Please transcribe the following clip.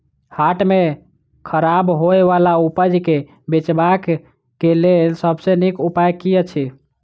हाट मे खराब होय बला उपज केँ बेचबाक क लेल सबसँ नीक उपाय की अछि?